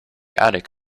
attic